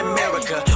America